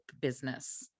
business